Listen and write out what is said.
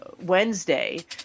Wednesday